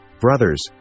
Brothers